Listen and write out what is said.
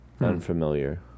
unfamiliar